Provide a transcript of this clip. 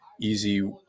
easy